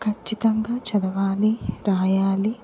ఖచ్చితంగా చదవాలి రాయాలి